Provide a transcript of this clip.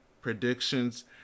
predictions